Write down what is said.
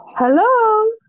Hello